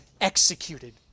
executed